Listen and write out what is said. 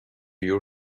your